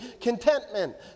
contentment